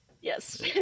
Yes